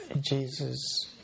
Jesus